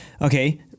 okay